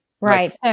Right